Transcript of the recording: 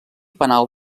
penal